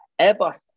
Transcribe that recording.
Airbus